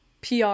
PR